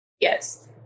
Yes